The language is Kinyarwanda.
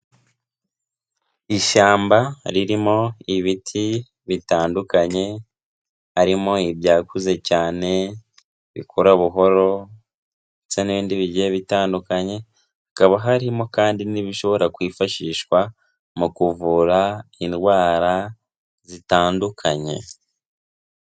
Ishyamba ririmo ibiti bitandukanye, harimo ibyakuze cyane, bikora buhoro ndetse n'ibindi bigiye bitandukanye, hakaba harimo kandi n'ibishobora kwifashishwa mu kuvura indwara zitandukanye.